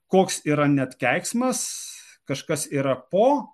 koks yra net keiksmas kažkas yra po